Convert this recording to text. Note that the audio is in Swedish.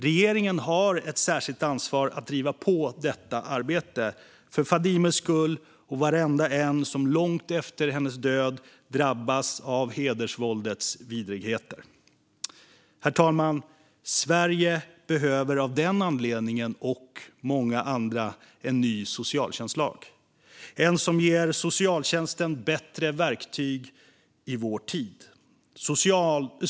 Regeringen har ett särskilt ansvar att driva på detta arbete - för Fadimes skull och för varenda en som långt efter hennes död drabbas av hedersvåldets vidrigheter. Herr talman! Sverige behöver av den anledningen, och av många andra, en ny socialtjänstlag - en som ger socialtjänsten bättre verktyg i vår tid.